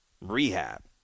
rehab